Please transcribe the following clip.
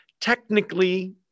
Technically